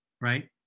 right